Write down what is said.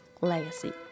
Legacy